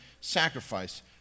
sacrifice